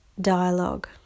dialogue